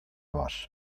var